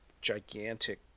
gigantic